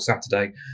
Saturday